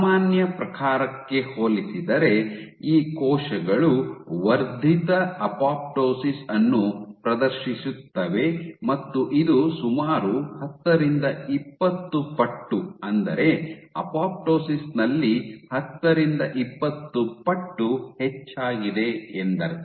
ಸಾಮಾನ್ಯ ಪ್ರಕಾರಕ್ಕೆ ಹೋಲಿಸಿದರೆ ಈ ಕೋಶಗಳು ವರ್ಧಿತ ಅಪೊಪ್ಟೋಸಿಸ್ ಅನ್ನು ಪ್ರದರ್ಶಿಸುತ್ತವೆ ಮತ್ತು ಇದು ಸುಮಾರು ಹತ್ತರಿಂದ ಇಪ್ಪತ್ತು ಪಟ್ಟು ಅಂದರೆ ಅಪೊಪ್ಟೋಸಿಸ್ ನಲ್ಲಿ ಹತ್ತರಿಂದ ಇಪ್ಪತ್ತು ಪಟ್ಟು ಹೆಚ್ಚಾಗಿದೆ ಎಂದರ್ಥ